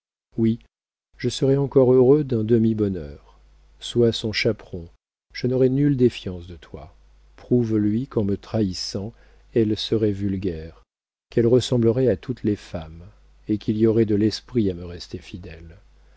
oui je serais encore heureux d'un demi bonheur sois son chaperon je n'aurai nulle défiance de toi prouve lui qu'en me trahissant elle serait vulgaire qu'elle ressemblerait à toutes les femmes et qu'il y aurait de l'esprit à me rester fidèle